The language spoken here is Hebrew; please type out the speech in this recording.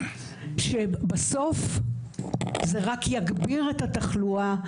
שבסוף זה רק יגביר את התחלואה.